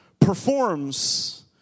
performs